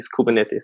Kubernetes